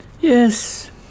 Yes